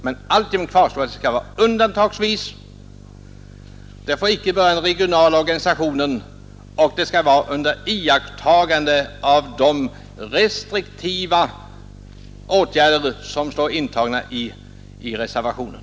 Men alltjämt kvarstår att indragningar skall göras undantagsvis, att de inte får beröra den regionala organisationen och att de skall vidtas under iakttagande av de restriktioner som finns intagna i reservationen.